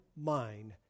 mind